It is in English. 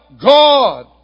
God